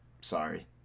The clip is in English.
sorry